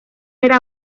era